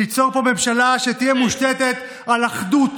ליצור פה ממשלה שתהיה מושתתת על אחדות,